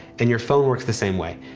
and your phone works the same way.